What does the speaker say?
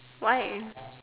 why